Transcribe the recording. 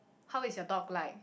how is your dog like